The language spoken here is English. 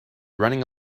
running